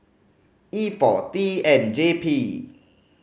E four T N J P